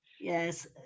Yes